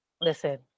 listen